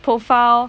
profile